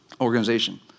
organization